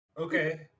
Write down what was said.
Okay